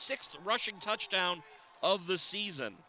sixth rushing touchdown of the season